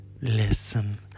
listen